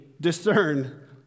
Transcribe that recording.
discern